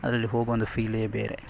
ಅದರಲ್ಲಿ ಹೋಗುವ ಒಂದು ಫೀಲೇ ಬೇರೆ